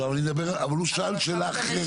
לא, אבל אני מדבר, אבל הוא שאל שאלה אחרת.